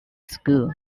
school